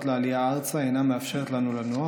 לעלייה ארצה אינה מאפשרת לנו לנוח,